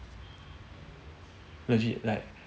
legit like